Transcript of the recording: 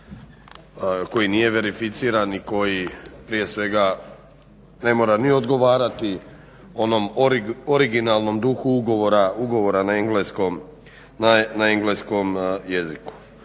moram reći verificiran i koji prije svega ne mora ni odgovarati onom originalnom duhu ugovora na engleskom jeziku.